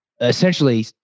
essentially